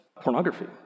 pornography